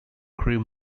crew